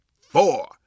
four